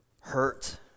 Hurt